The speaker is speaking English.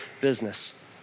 business